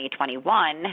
2021